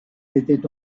était